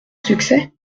succès